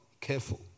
Careful